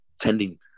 tending